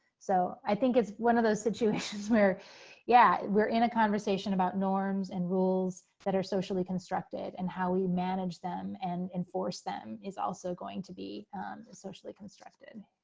so i think it's one of those situations where yeah we're in a conversation about norms and rules that are socially constructed and how we manage them and enforce them is also going to be socially constructed